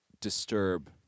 disturb